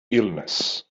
illness